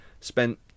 spent